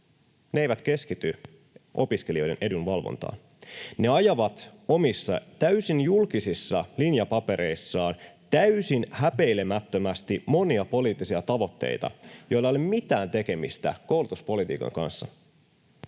Ne eivät keskity opiskelijoiden edunvalvontaan. Ne ajavat omissa täysin julkisissa linjapapereissaan täysin häpeilemättömästi monia poliittisia tavoitteita, joilla ei ole mitään tekemistä koulutuspolitiikan kanssa.